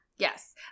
Yes